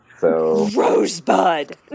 Rosebud